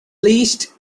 least